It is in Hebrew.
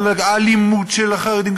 אלימות של החרדים.